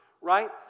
right